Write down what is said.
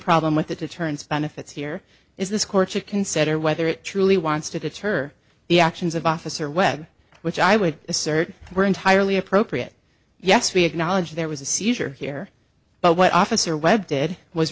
problem with the deterrence benefits here is this court should consider whether it truly wants to deter the actions of officer webb which i would assert were entirely appropriate yes we acknowledge there was a seizure here but what officer webb did was